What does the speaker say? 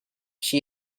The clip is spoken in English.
she